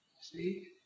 See